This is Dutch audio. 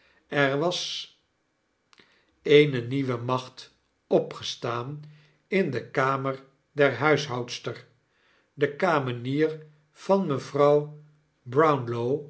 er was eene nieuwe macht opgestaan in de kamer der huishoudster de karaenier van mevrouw